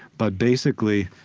but basically,